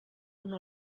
una